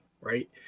right